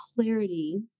clarity